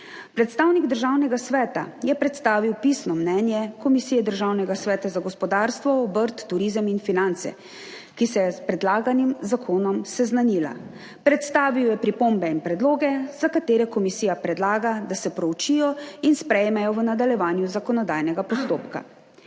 Predstavnik Državnega sveta je predstavil pisno mnenje Komisije Državnega sveta za gospodarstvo, obrt, turizem in finance, ki se je s predlaganim zakonom seznanila. Predstavil je pripombe in predloge, za katere komisija predlaga, da se proučijo in sprejmejo v nadaljevanju zakonodajnega postopka.